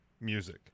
music